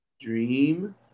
Dream